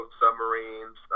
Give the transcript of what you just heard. submarines